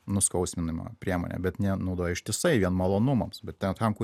nuskausminimo priemonę bet nenaudoja ištisai vien malonumams bet ten kur reikia